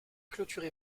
clôturé